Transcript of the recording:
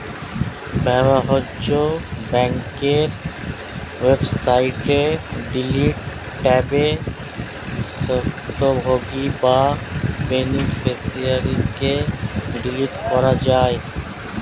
ব্যবহার্য ব্যাংকের ওয়েবসাইটে ডিলিট ট্যাবে স্বত্বভোগী বা বেনিফিশিয়ারিকে ডিলিট করা যায়